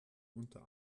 unter